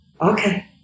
okay